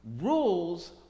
rules